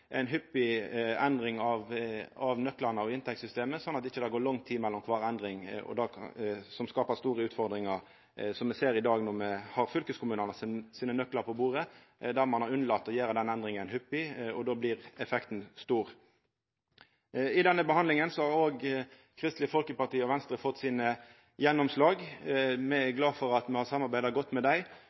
ein har unnlate å gjera den endringa hyppig, og då blir effekten stor. I denne behandlinga har òg Kristeleg Folkeparti og Venstre fått sine gjennomslag. Me er glade for at me har samarbeidd godt med dei.